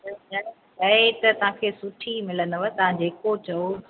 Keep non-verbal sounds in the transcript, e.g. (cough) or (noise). (unintelligible) शइ त तव्हांखे सुठी ई मिलंदव तव्हां जेको चओ